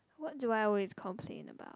what do I always complain about